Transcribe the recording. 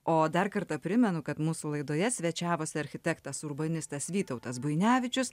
o dar kartą primenu kad mūsų laidoje svečiavosi architektas urbanistas vytautas buinevičius